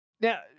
Now